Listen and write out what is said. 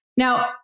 Now